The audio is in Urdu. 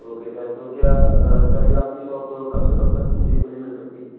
اوکے سر تو کیا سر یہ آپ کی شاپ کب سے کب تک مجھے کھلی مل سکتی ہے